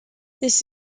this